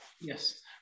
Yes